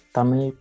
Tamil